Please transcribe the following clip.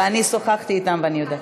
ואני שוחחתי אתם ואני יודעת.